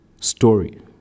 story